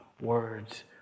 words